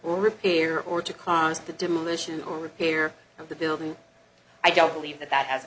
repair or to cause the demolition or repair of the building i don't believe that that has